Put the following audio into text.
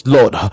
Lord